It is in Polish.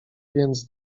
więc